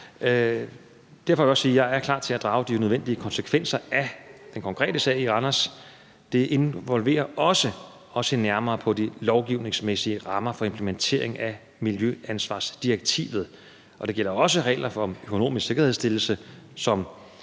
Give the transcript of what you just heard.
Derfor vil jeg også sige: Jeg er klar til at drage de nødvendige konsekvenser af den konkrete sag i Randers. Det involverer også at se nærmere på de lovgivningsmæssige rammer for implementering af miljøansvarsdirektivet, og det gælder også regler for økonomisk sikkerhedsstillelse,